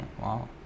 wow